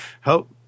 help